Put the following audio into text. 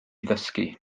ddysgu